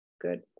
good